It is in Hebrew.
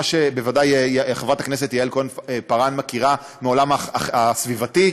שבוודאי חברת הכנסת יעל כהן-פארן מכירה מהעולם הסביבתי,